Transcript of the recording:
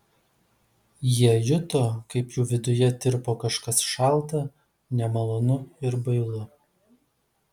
jie juto kaip jų viduje tirpo kažkas šalta nemalonu ir bailu